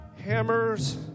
Hammers